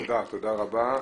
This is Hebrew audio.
תודה רבה.